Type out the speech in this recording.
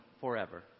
forever